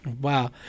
Wow